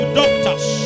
doctors